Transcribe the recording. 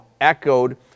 echoed